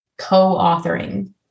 co-authoring